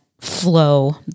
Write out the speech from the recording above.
flow